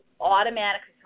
automatically